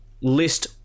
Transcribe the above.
list